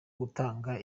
gutanga